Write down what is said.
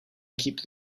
keep